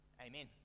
Amen